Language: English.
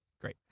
Great